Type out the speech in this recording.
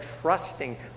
trusting